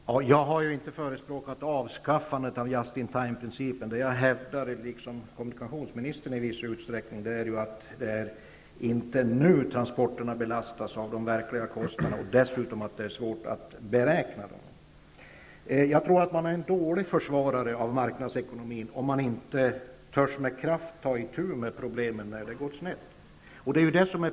Fru talman! Jag har inte förespråkat avskaffandet av just-in-time-principen, utan jag -- liksom kommunikationsministern i viss utsträckning -- hävdar att det inte är nu som transporterna belastas av de verkliga kostnaderna och dessutom att det är svårt att beräkna kostnaderna. Man är en dålig försvarare av marknadsekonomin, om man inte med kraft törs ta itu med problemen när de uppstår.